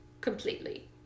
completely